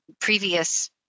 previous